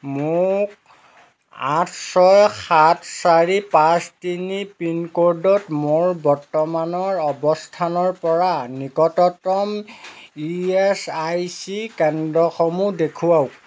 মোক আঠ ছয় সাত চাৰি পাঁচ তিনি পিনক'ডত মোৰ বৰ্তমানৰ অৱস্থানৰপৰা নিকটতম ই এছ আই চি কেন্দ্ৰসমূহ দেখুৱাওক